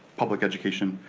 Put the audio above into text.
public education